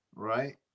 right